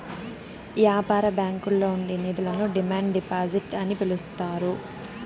యాపార బ్యాంకుల్లో ఉండే నిధులను డిమాండ్ డిపాజిట్ అని పిలుత్తారు